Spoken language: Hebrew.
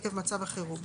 עקב מצב חירום,